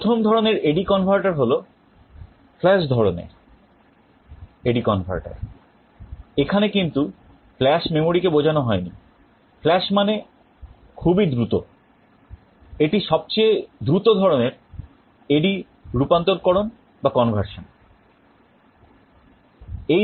প্রথম ধরনের AD converter হল flash ধরনের AD converter এখানে কিন্তু flash memory কে বোঝানো হয়নি flash মানে খুবই দ্রুত এটি সবচেয়ে দ্রুত ধরনের AD রূপান্তরকরণ করতে চাই